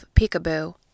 Peekaboo